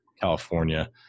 California